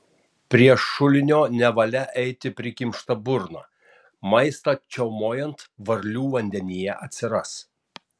prie šulinio nevalia eiti prikimšta burna maistą čiaumojant varlių vandenyje atsiras